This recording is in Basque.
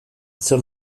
zer